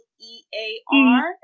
e-a-r